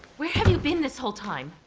have you been this whole time?